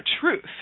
truth